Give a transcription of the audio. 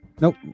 nope